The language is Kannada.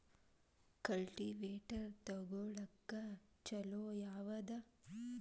ಕಲ್ಟಿವೇಟರ್ ತೊಗೊಳಕ್ಕ ಛಲೋ ಯಾವದ?